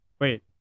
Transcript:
Wait